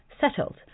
settled